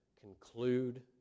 conclude